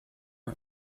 and